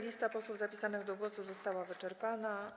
Lista posłów zapisanych do głosu została wyczerpana.